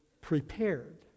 prepared